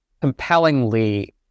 compellingly